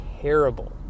terrible